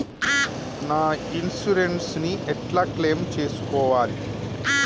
నా ఇన్సూరెన్స్ ని ఎట్ల క్లెయిమ్ చేస్కోవాలి?